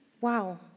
Wow